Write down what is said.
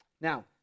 Now